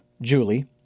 Julie